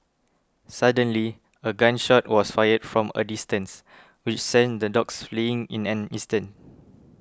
suddenly a gun shot was fired from a distance which sent the dogs fleeing in an instant